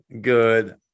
Good